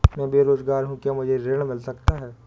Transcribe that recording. मैं बेरोजगार हूँ क्या मुझे ऋण मिल सकता है?